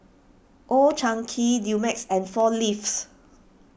Old Chang Kee Dumex and four Leaves